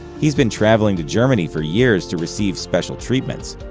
he's been travelling to germany for years to receive special treatments.